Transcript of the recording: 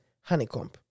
honeycomb